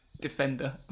defender